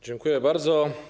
Dziękuję bardzo.